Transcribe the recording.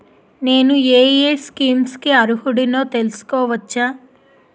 నేను యే యే స్కీమ్స్ కి అర్హుడినో తెలుసుకోవచ్చా?